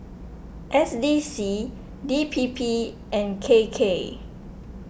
S D C D P P and K K